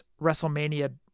WrestleMania